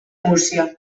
múrcia